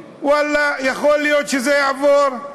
ואללה, יכול להיות שזה יעבור.